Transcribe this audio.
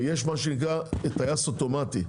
יש מה שנקרא טייס אוטומטי.